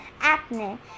acne